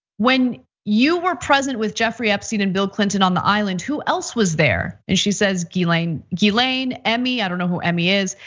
when you were present with jeffrey epstein and bill clinton on the island, who else was there? and she says galen, emmy, i don't know who emmy is.